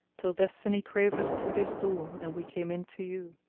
till destiny crave us to this door and we came in to you.